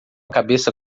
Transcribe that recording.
cabeça